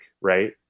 right